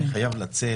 אני חייב לצאת,